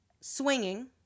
Swinging